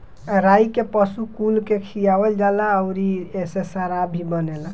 राई के पशु कुल के खियावल जाला अउरी एसे शराब भी बनेला